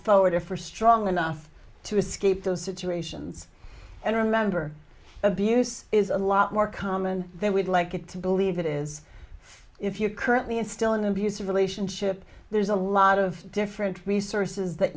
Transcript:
forward if we're strong enough to escape those situations and remember abuse is a lot more common than we'd like it to believe it is if you're currently in still an abusive relationship there's a lot of different resources that